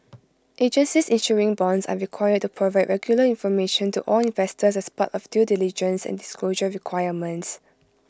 agencies issuing bonds are required to provide regular information to all investors as part of due diligence and disclosure requirements